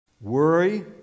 Worry